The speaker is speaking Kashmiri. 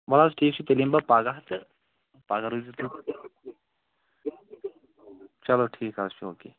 وَل حظ ٹھیٖک چھِ تیٚلہِ یِم بہٕ پگاہ تہٕ پگاہ روٗزِو تیٚلہِ چلو ٹھیٖک حظ چھِ اوکے